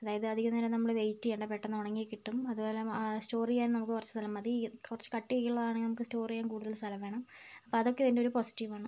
അതായത് അധിക നേരം നമ്മൾ വെയിറ്റ് ചെയ്യേണ്ട പെട്ടെന്ന് ഉണങ്ങി കിട്ടും അതുപോലെ മ സ്റ്റോർ ചെയ്യാൻ നമുക്ക് കുറച്ച് സ്ഥലം മതി കുറച്ച് കട്ടിയൊക്കെ ഉള്ളതാണെങ്കിൽ നമുക്ക് സ്റ്റോർ ചെയ്യാൻ കൂടുതൽ സ്ഥലം വേണം അപ്പോൾ അതൊക്കെ ഇതിൻ്റെയൊരു പോസിറ്റീവ് ആണ്